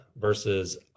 versus